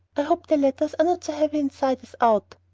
i hope the letters are not so heavy inside as out.